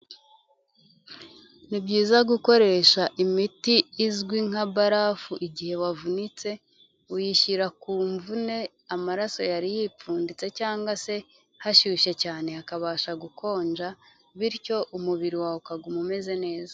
Ni byiza gukoresha imiti izwi nka barafu igihe wavunitse, uyishyira ku mvune amaraso yari yipfunditse cyangwa se hashyushye cyane, hakabasha gukonja bityo umubiri wawe ukaguma umeze neza.